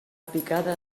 picada